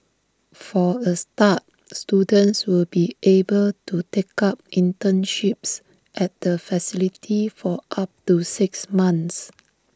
for A start students will be able to take up internships at the facility for up to six months